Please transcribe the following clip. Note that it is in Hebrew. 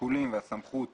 השיקולים והסמכות